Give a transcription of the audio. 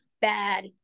bad